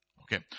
Okay